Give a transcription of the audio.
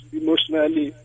emotionally